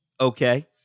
Okay